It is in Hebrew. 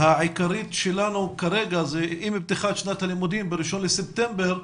העיקרית שלנו כרגע היא שעם פתיחת שנת הלימודים ב-1 בספטמבר,